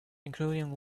including